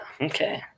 Okay